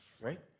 right